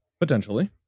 Potentially